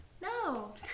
No